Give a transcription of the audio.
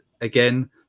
again